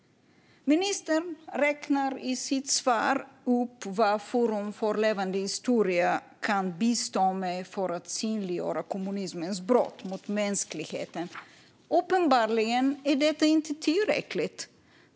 Ministern räknar i sitt svar upp vad Forum för levande historia kan bistå med för att synliggöra kommunismens brott mot mänskligheten. Uppenbarligen är detta inte tillräckligt.